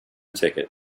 ticket